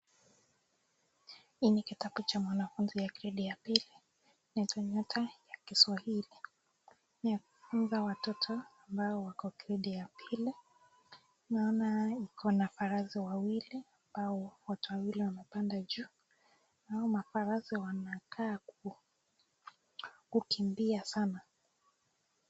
Hii ni kitabu cha mwanafunzi wa gredi ya pili inaitwa NYOTA kiswahili inaofunza watoto wenye wako gredi ya pili naona hiko na farasi wawili ambalo naona watu wawili wamepanda juu na hao mafarasi wanakaa kukimbia sana.